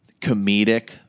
comedic